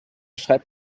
schreibt